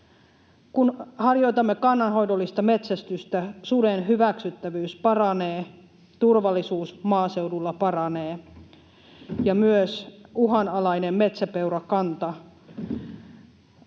Kun harjoitamme kannanhoidollista metsästystä, suden hyväksyttävyys paranee, turvallisuus maaseudulla paranee ja myös uhanalaisen metsäpeurakannan